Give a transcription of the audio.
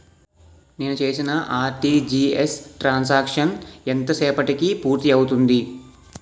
నేను చేసిన RTGS transaction ఎంత సేపటికి పూర్తి అవుతుంది?